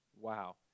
Wow